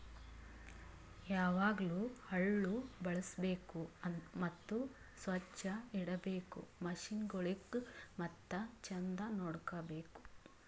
ಯಾವಾಗ್ಲೂ ಹಳ್ಳು ಬಳುಸ್ಬೇಕು ಮತ್ತ ಸೊಚ್ಚ್ ಇಡಬೇಕು ಮಷೀನಗೊಳಿಗ್ ಮತ್ತ ಚಂದ್ ನೋಡ್ಕೋ ಬೇಕು